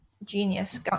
genius